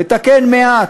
לתקן מעט,